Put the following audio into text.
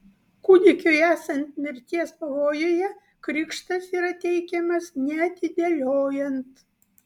kūdikiui esant mirties pavojuje krikštas yra teikiamas neatidėliojant